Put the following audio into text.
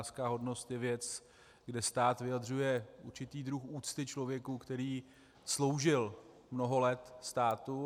Generálská hodnost je věc, kde stát vyjadřuje určitý druh úcty člověku, který sloužil mnoho let státu.